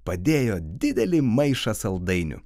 padėjo didelį maišą saldainių